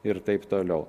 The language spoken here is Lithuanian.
ir taip toliau